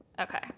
Okay